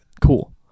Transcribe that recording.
Cool